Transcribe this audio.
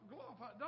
Glorify